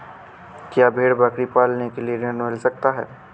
क्या भेड़ बकरी पालने के लिए ऋण मिल सकता है?